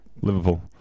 Liverpool